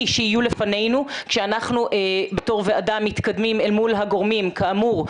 שיהיו לפנינו שאנחנו בתור ועדה מתקדמים אל הגורמים כאמור,